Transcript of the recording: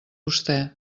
vostè